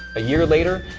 a year later,